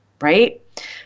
right